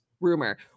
rumor